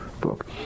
book